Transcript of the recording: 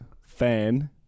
fan